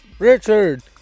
Richard